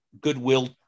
goodwill